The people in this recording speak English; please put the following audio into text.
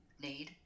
need